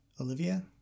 Olivia